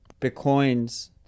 Bitcoins